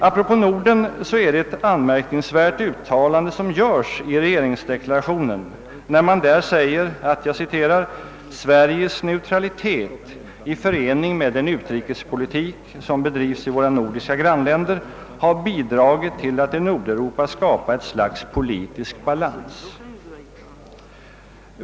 Apropå Norden, så är det ett anmärkningsvärt uttalande som görs i regeringsdeklarationen när man där sä ger: »Sveriges neutralitet har i förening med den utrikespolitik som bedrivs i våra nordiska grannländer, bidragit till att i Nordeuropa skapa ett slags politisk balans ———».